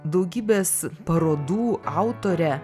daugybės parodų autore